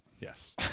Yes